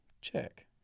Check